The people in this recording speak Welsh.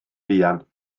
fuan